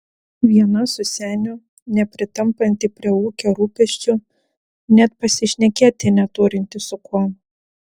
viena su seniu nepritampanti prie ūkio rūpesčių net pasišnekėti neturinti su kuom